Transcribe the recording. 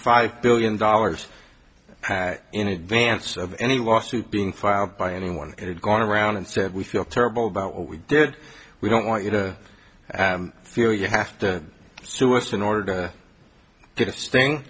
five billion dollars in advance of any lawsuit being filed by anyone going around and said we feel terrible about what we did we don't want you to feel you have to sue us in order to get a